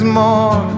more